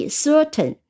certain